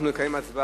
אנחנו נקיים הצבעה.